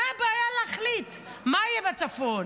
מה הבעיה להחליט מה יהיה בצפון,